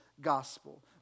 gospel